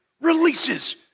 releases